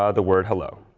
ah the word hello.